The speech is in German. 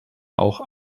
auch